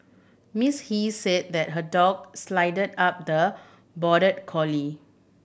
Miss He said that her dog sidled up the border collie